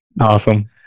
Awesome